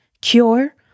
cure